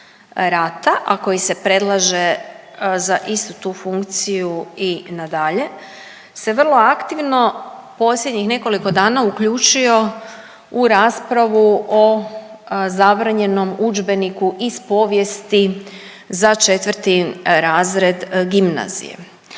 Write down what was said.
a koji se predlaže za istu tu funkciju i na dalje se vrlo aktivno posljednjih nekoliko dana uključio u raspravu o zabranjenom udžbeniku iz povijesti za 4 razred gimnazije.